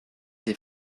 des